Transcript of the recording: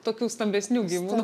tokių stambesnių gyvūnų